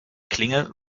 klinge